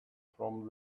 from